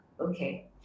okay